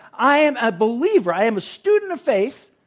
i am a believer i am a student of faith,